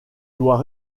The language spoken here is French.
doit